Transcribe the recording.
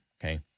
okay